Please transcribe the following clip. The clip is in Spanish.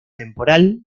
temporal